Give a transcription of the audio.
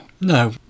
No